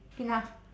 enough